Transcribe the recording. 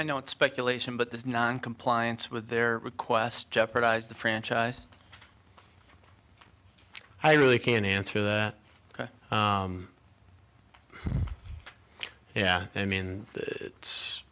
it's speculation but this noncompliance with their request jeopardized the franchise i really can answer that yeah i mean it's